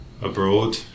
abroad